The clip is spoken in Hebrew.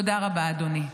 תודה רבה, אדוני.